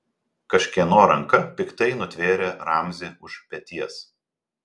kažkieno ranka piktai nutvėrė ramzį už peties